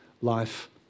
life